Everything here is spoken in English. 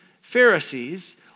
Pharisees